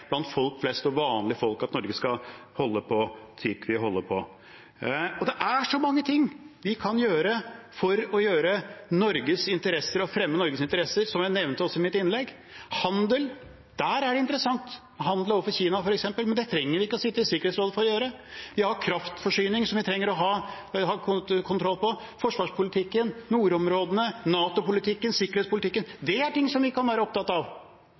blant folk flest og vanlige folk om at Norge skal holde på slik man holder på. Det er så mange ting vi kan gjøre for å fremme Norges interesser, som jeg nevnte også i mitt innlegg. Handel er interessant, handel overfor Kina f.eks., men det trenger vi ikke å sitte i Sikkerhetsrådet for å gjøre. Vi har kraftforsyning, som vi trenger å ha kontroll på, forsvarspolitikken, nordområdene, NATO-politikken, sikkerhetspolitikken – det er ting som vi kan være opptatt av.